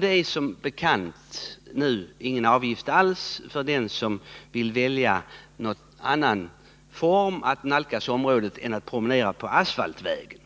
Det är som bekant nu ingen avgift alls för den som väljer någon annan väg att nalkas området än att promenera på asfaltvägen.